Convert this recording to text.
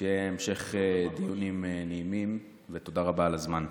שיהיה המשך דיונים נעימים, ותודה רבה על הזמן.